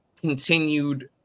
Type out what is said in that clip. continued